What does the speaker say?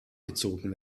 gezogen